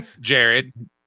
Jared